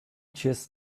just